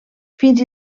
fins